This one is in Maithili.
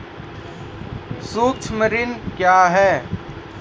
सुक्ष्म ऋण क्या हैं?